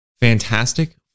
fantastic